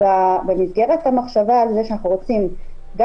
במסגרת המחשבה על כך שאנחנו רוצים גם